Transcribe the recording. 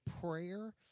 prayer